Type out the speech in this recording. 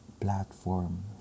platform